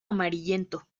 amarillento